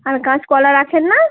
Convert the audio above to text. আর কাঁচকলা রাখেন না